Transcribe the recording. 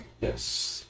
Yes